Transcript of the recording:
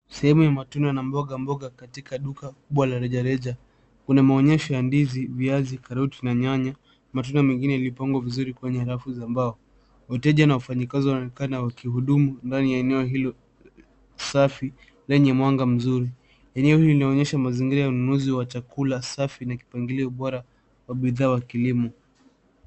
Sehemu ya matunda na mboga mboga katika duka kubwa la rejareja. Kuna maonyesho ya ndizi, viazi, karoti, na nyanya. Matunda mengine yaliyo pangwa vizuri kwenye rafu za mbao. Wateja na wafanyikazi wanaonekana wakihudumu ndani ya eneo hilo, safi lenye mwanga mzuri .Eneo hilo linaonyesha mazingira ya ununuzi wa chakula safi na kipangilio bora wa bidhaa wa kilimo.